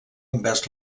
envers